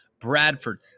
Bradford